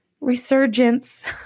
resurgence